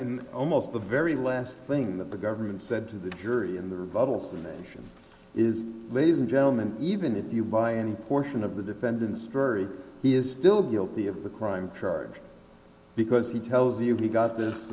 in almost the very last thing that the government said to the jury in the bubbles and that is ladies and gentlemen even if you buy and portion of the defendants he is still guilty of the crime charged because he tells you he got this